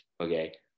okay